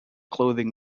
clothing